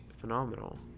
phenomenal